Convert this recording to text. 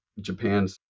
Japan's